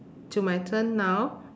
to my turn now